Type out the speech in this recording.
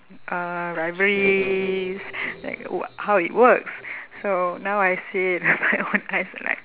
uh rivalries like what how it works so now I see it with my own eyes like